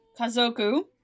Kazoku